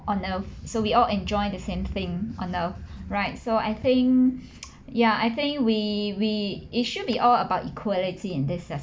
on earth so we all enjoy the same thing on earth right so I think ya I think we we it should be all about equality in this aspect